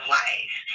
life